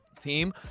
Team